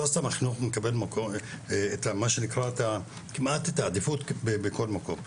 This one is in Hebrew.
לא סתם החינוך מקבל כמעט את העדיפות בכל מקום.